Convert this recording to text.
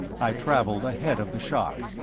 i travelled ahead of the shock.